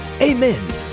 Amen